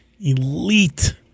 elite